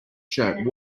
shirt